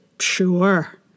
Sure